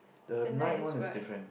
the night is what